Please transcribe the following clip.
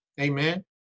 amen